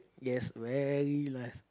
yes very nice